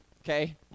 Okay